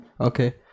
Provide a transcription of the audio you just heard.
Okay